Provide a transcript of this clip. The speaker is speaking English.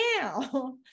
Now